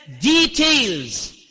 details